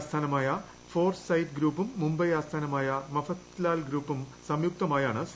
ആസ്ഥാനമായ Foresight ഗ്രൂപ്പും മുംബൈ ആസ്ഥാനമായ മഫത്ലാൽ ഗ്രൂപ്പും സംയുക്തമായാണ് സി